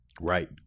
Right